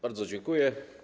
Bardzo dziękuję.